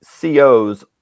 COs